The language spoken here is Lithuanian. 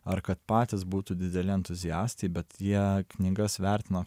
ar kad patys būtų dideli entuziastai bet jie knygas vertino